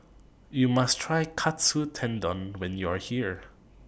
YOU must Try Katsu Tendon when YOU Are here